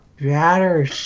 better